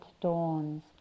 dawns